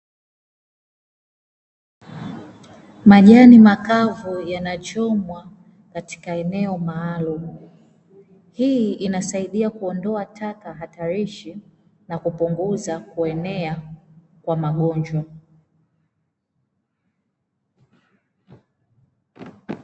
Majani makavu yanachomwa katika eneo maalum, hii inasaidia kuondoa taka hatarishi na kupunguza kuenea kwa magonjwa.